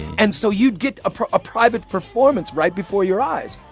and so you'd get a ah private performance right before your eyes.